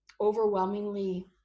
overwhelmingly